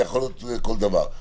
ויכול להיות כל דבר.